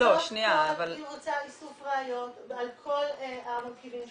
מתבצע איסוף ראיות, על כל המרכיבים שלו.